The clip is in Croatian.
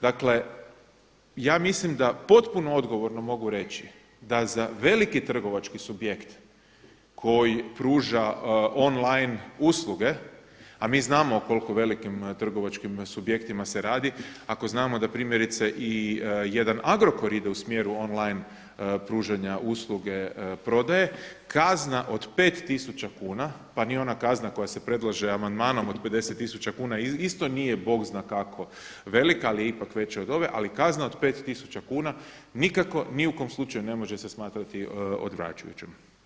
Dakle, ja mislim da potpuno odgovorno mogu reći da za veliki trgovački subjekt koji pruža online usluge, a mi znamo koliko velikim trgovačkim subjektima se radi, ako znamo da primjerice i jedan Agrokor ide u smjeru online pružanja usluge prodaje, kazna od 5.000 kuna, pa ni ona kazna koja se predlaže amandmanom od 50.000 kuna isto nije bog zna kako velika, ali je ipak veća od ove, ali kazna od 5.000 kuna nikako ni u kom slučaju ne može se smatrati odrađujućom.